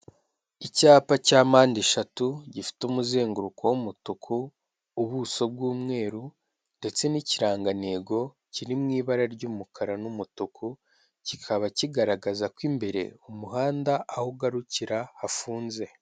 Icyapa cya mpande eshatu gifite umuzenguruko w'umutuku ubuso bw'umweru ndetse n'ikirangantego kiri mu ibara ry'umukara n'umutuku, kikaba kigaragaza ko imbere umuhanda aho ugarukira hafunze.